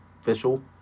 official